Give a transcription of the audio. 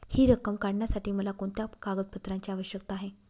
हि रक्कम काढण्यासाठी मला कोणत्या कागदपत्रांची आवश्यकता आहे?